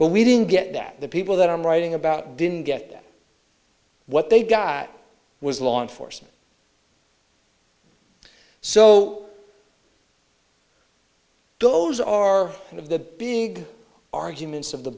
but we didn't get that the people that i'm writing about didn't get what they got was law enforcement so those are some of the big arguments of the